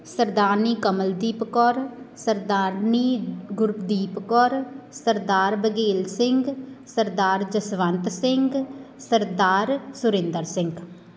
Sardarni Kamaldeep Kaur Sardarni Gurdeep Kaur Sardar Baghel Singh Sardar Jaswant Singh Sardar Surinder Singh